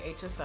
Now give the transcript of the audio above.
HSI